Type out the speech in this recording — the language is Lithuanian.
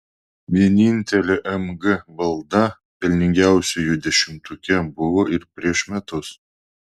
vienintelė mg valda pelningiausiųjų dešimtuke buvo ir prieš metus